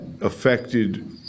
affected